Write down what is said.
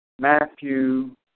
Matthew